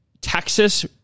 Texas